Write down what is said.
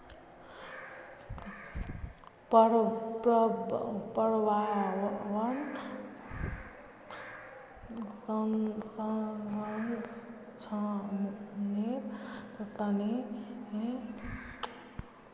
पर्यावन संरक्षनेर तने हमसाक स्थायी कृषि करवा ह तोक